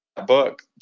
book